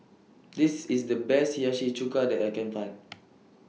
This IS The Best Hiyashi Chuka that I Can Find